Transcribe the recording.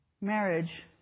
marriage